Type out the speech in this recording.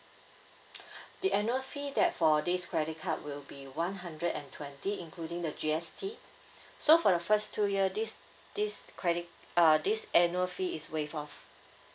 the annual fee that for this credit card will be one hundred and twenty including the G_S_T so for the first two year this this credit uh this annual fee is waive off